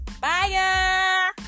bye